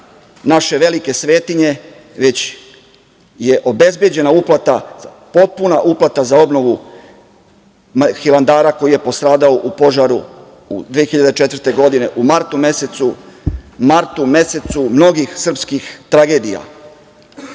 naše velike svetinje, već je obezbeđena uplata, potpuna uplata za obnovu Hilandara koji je postradao u požaru 2004. godine u martu mesecu, martu mesecu mnogih srpskih tragedija. Da,